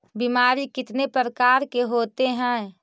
बीमारी कितने प्रकार के होते हैं?